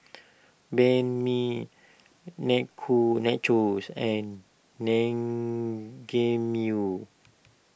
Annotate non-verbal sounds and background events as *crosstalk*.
Banh Mi *unintelligible* Nachos and Naengmyeon